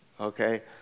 Okay